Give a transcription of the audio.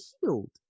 healed